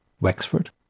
Wexford